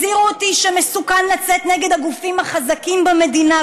הזהירו אותי שמסוכן לצאת נגד הגופים החזקים במדינה,